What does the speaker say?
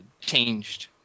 changed